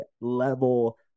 level